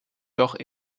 doch